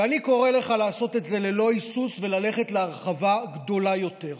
ואני קורא לך לעשות את זה ללא היסוס וללכת להרחבה גדולה יותר.